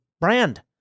brand